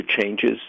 changes